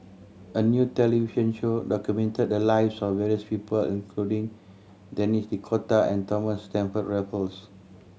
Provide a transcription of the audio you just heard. a new television show documented the lives of various people including Denis D'Cotta and Thomas Stamford Raffles